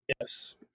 Yes